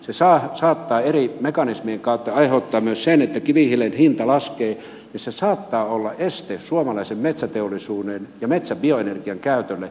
se saattaa eri mekanismien kautta aiheuttaa myös sen että kivihiilen hinta laskee ja se saattaa olla este suomalaisen metsäteollisuuden ja metsäbioenergian käytölle